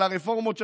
הרפורמות שלך,